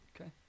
okay